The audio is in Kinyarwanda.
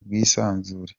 bwisanzure